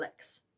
Netflix